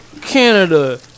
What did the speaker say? Canada